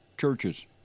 churches